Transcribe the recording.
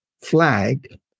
flag